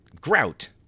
Grout